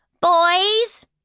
Boys